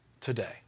today